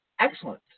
excellent